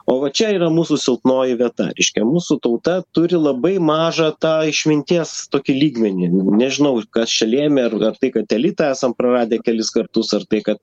o va čia yra mūsų silpnoji vieta reiškia mūsų tauta turi labai mažą tą išminties tokį lygmenį nežinau ir kas čia lėmė ar ar tai kad elitą esam praradę kelis kartus ar tai kad